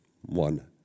one